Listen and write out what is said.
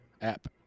app